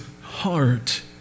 heart